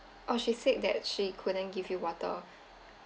oh she said that she couldn't give you water